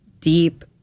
deep